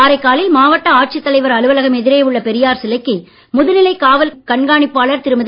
காரைக்காலில் மாவட்ட ஆட்சித் தலைவர் அலுவலகம் எதிரே உள்ள பெரியார் சிலைக்கு முதுநிலை காவல் காணிப்பாளர் திருமதி